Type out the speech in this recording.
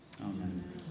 Amen